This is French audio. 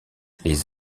les